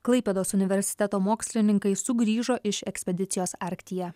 klaipėdos universiteto mokslininkai sugrįžo iš ekspedicijos arktyje